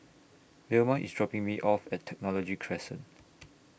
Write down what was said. Velma IS dropping Me off At Technology Crescent